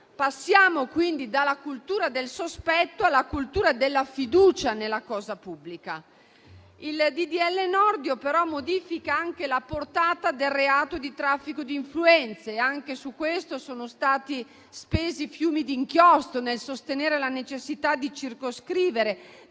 Passiamo quindi dalla cultura del sospetto alla cultura della fiducia nella cosa pubblica. Il cosiddetto disegno di legge Nordio però modifica anche la portata del reato di traffico di influenze e anche su questo sono stati spesi fiumi di inchiostro nel sostenere la necessità di circoscrivere,